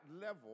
level